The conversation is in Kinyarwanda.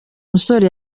musore